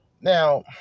Now